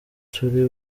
turi